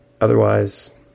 otherwise